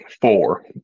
four